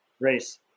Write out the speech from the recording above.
race